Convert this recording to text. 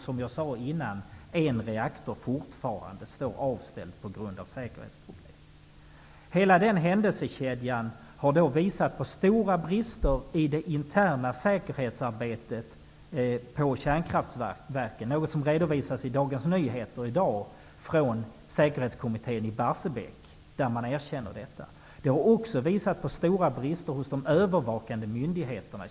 Som jag sade tidigare står en reaktor fortfarande avställd på grund av säkerhetsproblem. Hela den händelsekedjan har visat på stora brister i det interna säkerhetsarbetet på kärnkraftverken. Säkerhetskommittén i Barsebäck erkänner detta i Dagens Nyheter idag. Det har också visat sig finnas stora brister hos de övervakande myndigheterna.